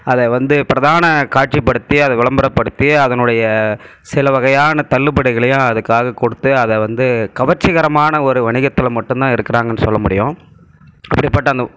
அதை வந்து பிரதான காட்சிப்படுத்தி அதை விளம்பரப்படுத்தி அதனுடைய சில வகையான தள்ளுபடிகளையும் அதுக்காக கொடுத்து அதை வந்து கவர்ச்சிகரமான ஒரு வணிகத்தில் மட்டும் தான் இருக்கிறாங்கன் சொல்ல முடியும் அப்படிப்பட்ட அந்த